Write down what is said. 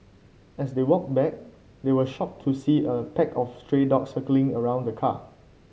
as they walked back they were shocked to see a pack of stray dog circling around the car